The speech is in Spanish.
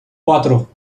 cuatro